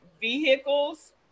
vehicles